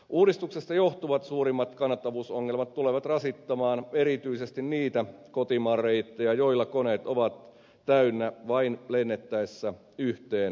uudistuksesta johtuvat suurimmat kannattavuusongelmat tulevat rasittamaan erityisesti niitä kotimaan reittejä joilla koneet ovat täynnä vain lennettäessä yhteen suuntaan